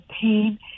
pain